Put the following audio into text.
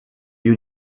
you